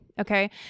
Okay